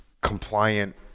compliant